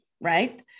right